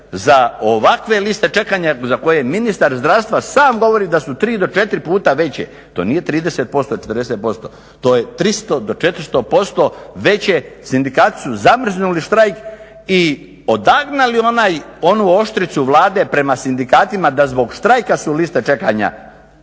za ovakve liste čekanja za koje ministar zdravstva sam govori da su 3 do 4 puta veće, to nije 30%, 40% to je 300 do 400% veće. Sindikati su zamrznuli štrajk i odagnali onu oštricu Vlade prema sindikatima da zbog štrajka su liste čekanja